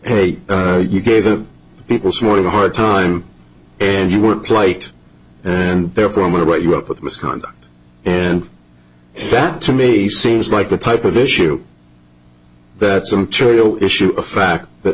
hate you gave the peoples more of a hard time and you weren't plate and therefore i'm going to write you up with misconduct and that to me seems like the type of issue that some trivial issue a fact that